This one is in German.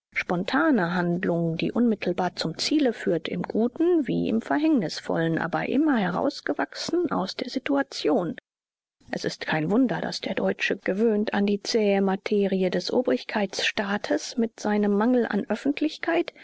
spontane handlung die unmittelbar zum ziele führt im guten wie im verhängnisvollen aber immer herausgewachsen aus der situation es ist kein wunder daß der deutsche gewöhnt an die zähe materie des obrigkeitsstaates mit seinem mangel an öffentlichkeit